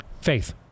faith